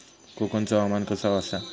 कोकनचो हवामान कसा आसा?